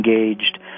engaged